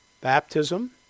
Baptism